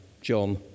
John